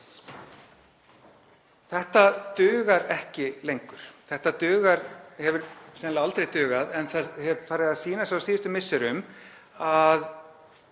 Þetta dugar ekki lengur. Þetta hefur sennilega aldrei dugað en hefur farið að sýna sig á síðustu misserum að